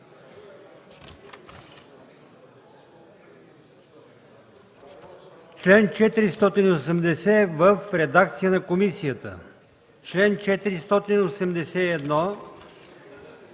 чл. 480 в редакция на комисията; чл. 481